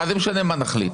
מה זה משנה מה נחליט?